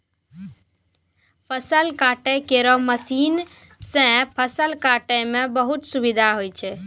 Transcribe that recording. फसल काटै केरो मसीन सँ फसल काटै म बहुत सुबिधा होय छै